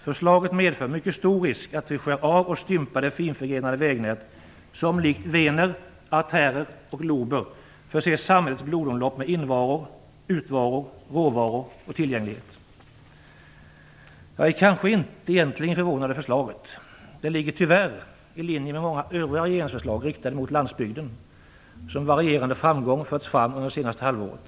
Förslaget medför mycket stor risk för att vi skär av och stympar det finförgrenade vägnät som likt vener, artärer och lober förser samhällets blodomlopp med invaror, utvaror, råvaror och tillgänglighet. Jag är kanske egentligen inte förvånad över förslaget. Det ligger tyvärr i linje med många övriga regeringsförslag riktade mot landsbygden, som med varierande framgång har förts fram det senaste halvåret.